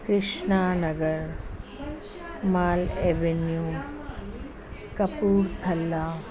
Krishna Nagar mall avenue Kapurthala